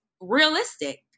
realistic